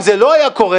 אם זה לא היה קורה,